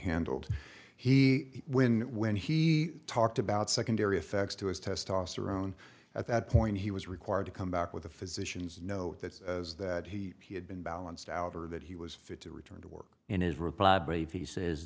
handled he when when he talked about secondary effects to his testosterone at that point he was required to come back with a physician's note that as that he had been balanced out or that he was fit to return to work in his